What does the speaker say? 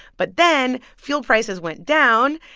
but then fuel prices went down.